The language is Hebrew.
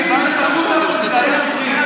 מיקי, אנחנו מושכים את השמית,